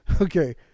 Okay